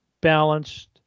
balanced